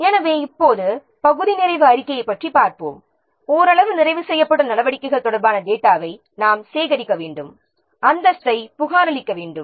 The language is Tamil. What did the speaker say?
எனவே இப்போது பகுதி நிறைவு அறிக்கையைப் பற்றி பார்ப்போம் ஓரளவு நிறைவு செய்யப்பட்ட நடவடிக்கைகள் தொடர்பான டேட்டாவை நாம் சேகரிக்க வேண்டும் நிலையை ரிபோர்ட் அளிக்க வேண்டும்